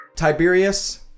Tiberius